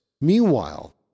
Meanwhile